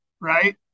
right